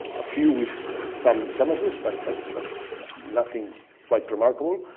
a few with some damages, but but but nothing quite remarkable.